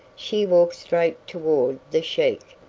she walked straight toward the sheik.